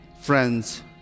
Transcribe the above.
friends